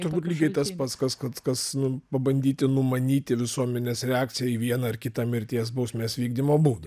turbūt lygiai tas pats kas kad kas nu pabandyti numanyti visuomenės reakciją į vieną ar kitą mirties bausmės vykdymo būdą